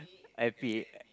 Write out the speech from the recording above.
I happy